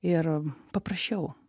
ir paprašiau